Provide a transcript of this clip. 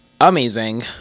amazing